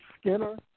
Skinner